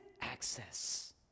access